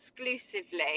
exclusively